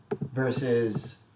versus